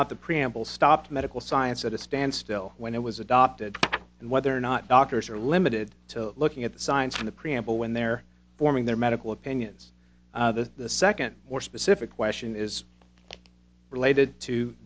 not the preamble stopped medical science at a stand still when it was adopted and whether or not doctors are limited to looking at the science in the preamble when they're forming their medical opinions the second more specific question is related to